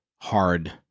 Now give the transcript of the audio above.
hard